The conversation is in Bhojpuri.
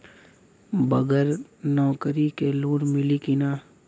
बगर नौकरी क लोन मिली कि ना?